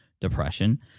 depression